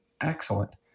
excellent